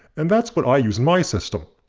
and that's what i use in my system.